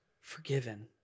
forgiven